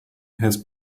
has